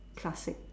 classic